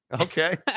okay